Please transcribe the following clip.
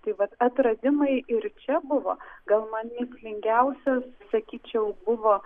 tai vat atradimai ir čia buvo gal man mįslingiausias sakyčiau buvo